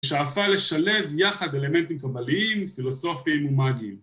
שאפה לשלב יחד אלמנטים קבליים, פילוסופיים ומאגיים.